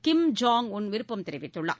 கிம் Jong Un விருப்பம் தெரிவித்துள்ளார்